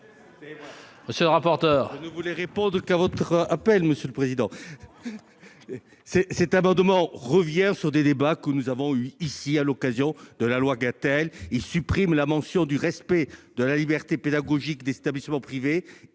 monsieur le rapporteur,